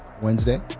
Wednesday